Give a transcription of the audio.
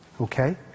Okay